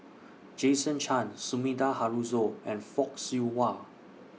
Jason Chan Sumida Haruzo and Fock Siew Wah